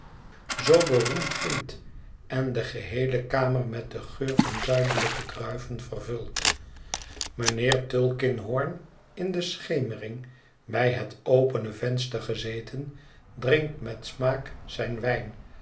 zoo beroemd vindt en de geheele kamer met den geur van zuidelijke druiven vervult mijnheer tulkinghorn in de schemering bij het opene venster gezeten drinkt met smaak zijn wijn